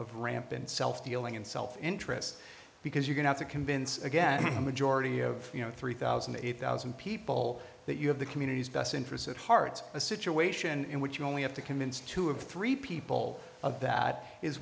of rampant self dealing and self interest because you can have to convince again a majority of you know three thousand eight thousand people that you have the communities best interests at heart a situation in which you only have to convince two of three people of that is